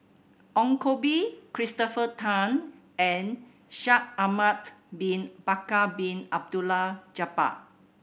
Ong Koh Bee Christopher Tan and Shaikh Ahmad Bin Bakar Bin Abdullah Jabbar